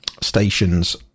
stations